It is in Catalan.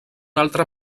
altre